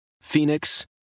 Phoenix